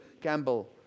Campbell